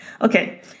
Okay